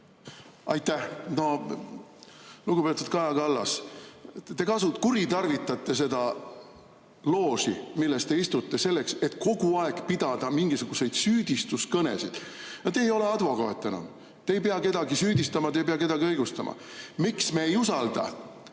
Aitäh! Lugupeetud Kaja Kallas! Te kuritarvitate seda looži, milles te istute, selleks, et kogu aeg pidada mingisuguseid süüdistuskõnesid. Te ei ole advokaat enam. Te ei pea kedagi süüdistama, te ei pea kedagi õigustama. Miks me ei usalda